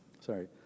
sorry